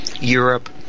Europe